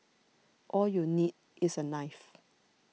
all you need is a knife